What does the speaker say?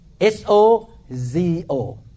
S-O-Z-O